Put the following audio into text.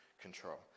control